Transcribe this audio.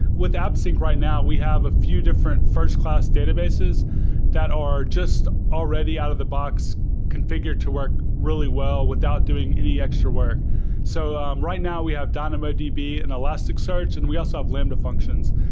with appsync right now, we have a few different first class databases that are just already out-of-the-box, configured to work really well without doing any extra work so um right now, we have dynamodb and elasticsearch and we also have lambda functions.